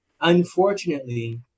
Unfortunately